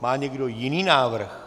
Má někdo jiný návrh?